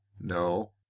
No